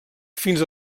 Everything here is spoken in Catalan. fins